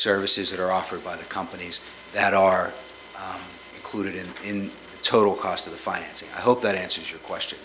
services that are offered by the companies that are included in in total cost of financing i hope that answers your question